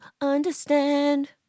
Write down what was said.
understand